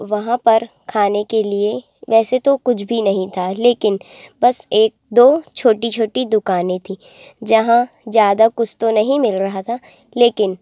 वहाँ पर खाने के लिए वैसे तो कुछ भी नहीं था लेकिन बस एक दो छोटी छोटी दुकानें थीं जहाँ ज़्यादा कुछ तो नहीं मिल रहा था लेकिन